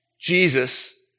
Jesus